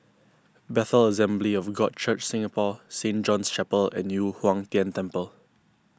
Bethel Assembly of God Church Singapore Saint John's Chapel and Yu Huang Tian Temple